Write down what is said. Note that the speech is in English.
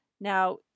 Now